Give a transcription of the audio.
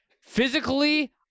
Physically